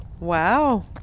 Wow